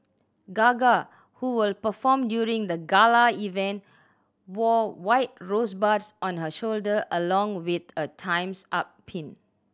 Gaga who will perform during the gala event wore white rosebuds on her shoulder along with a Time's Up pin